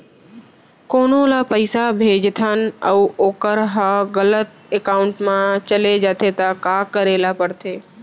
कोनो ला पइसा भेजथन अऊ वोकर ह गलत एकाउंट में चले जथे त का करे ला पड़थे?